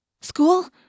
School